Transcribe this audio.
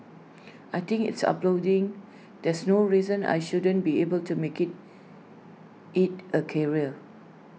I think is uploading there's no reason I shouldn't be able to make IT A A career